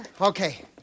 Okay